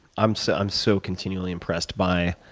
i'm so i'm so continually impressed by